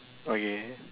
okay